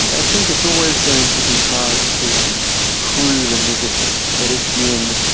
i think it's always going to be hard to prove a negative. but again,